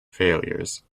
failures